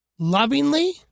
Lovingly